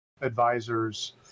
advisors